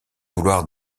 vouloir